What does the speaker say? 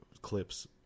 clips